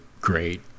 great